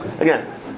again